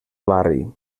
barri